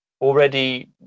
already